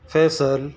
Faisal